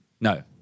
No